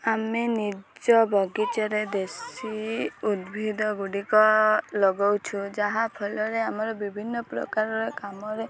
ଆମେ ନିଜ ବଗିଚାରେ ଦେଶୀ ଉଦ୍ଭିଦ ଗୁଡ଼ିକ ଲଗାଉଛୁ ଯାହାଫଳରେ ଆମର ବିଭିନ୍ନ ପ୍ରକାରର କାମରେ